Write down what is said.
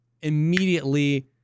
immediately